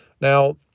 Now